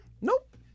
Nope